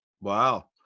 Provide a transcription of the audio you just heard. Wow